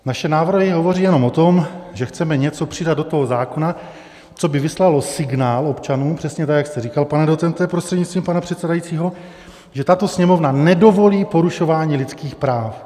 Naše návrhy hovoří jenom o tom, že chceme něco přidat do toho zákona, co by vyslalo signál občanům, přesně tak jak jste říkal, pane docente prostřednictvím pana předsedajícího, že tato Sněmovna nedovolí porušování lidských práv.